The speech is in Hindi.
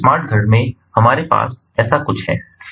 तो एक स्मार्ट घर में हमारे पास ऐसा कुछ है